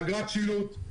אגרת שילוט,